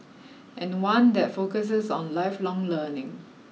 and one that focuses on lifelong learning